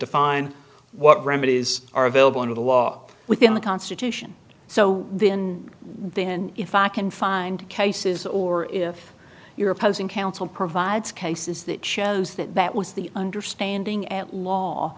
define what remedies are available under the law within the constitution so in then if i can find cases or if your opposing counsel provides cases that shows that that was the understanding at law